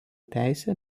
teisę